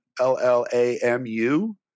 L-L-A-M-U